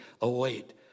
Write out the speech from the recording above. await